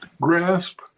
grasp